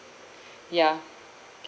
ya